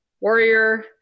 warrior